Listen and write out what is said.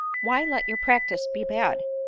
why let your practice be bad?